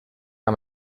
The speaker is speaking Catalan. amb